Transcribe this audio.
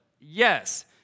Yes